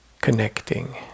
connecting